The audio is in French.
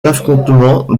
affrontement